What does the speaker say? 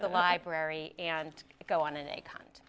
the library and go on an egg hunt